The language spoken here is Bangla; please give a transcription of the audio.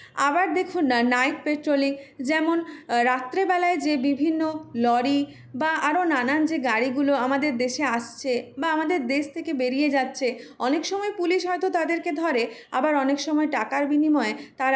আবার দেখুন না নাইট পেট্রোলিং যেমন রাত্রিবেলায় যে বিভিন্ন লরি বা আরো নানান যে গাড়িগুলো আমাদের দেশে আসছে বা আমাদের দেশ থেকে বেরিয়ে যাচ্ছে অনেক সময় পুলিশ হয়তো তাদেরকে ধরে আবার অনেক সময় টাকার বিনিময়ে তারা